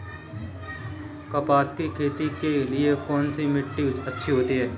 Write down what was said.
कपास की खेती के लिए कौन सी मिट्टी अच्छी होती है?